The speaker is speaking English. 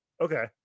okay